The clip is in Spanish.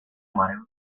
mareo